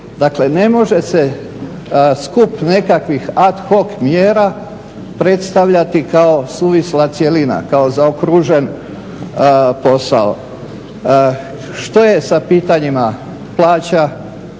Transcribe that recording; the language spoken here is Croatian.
Dakle, ne može se skup nekakvih AD HOC mjera predstavljati kao suvisla cjelina, kao zaokružen posao. Što je sa pitanjima plaća,